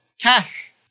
cash